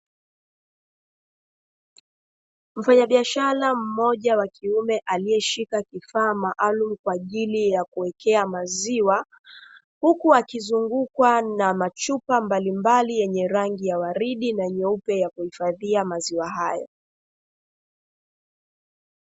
Mfanyabishara mmoja wa kiume aliyeshika kifaa maalumu kwa ajili ya kuwekea maziwa, huku akizungukwa na machupa mbalimbali yenye rangi ya waridi na nyeupe ya kuhifadhia maziwa hayo.